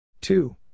Two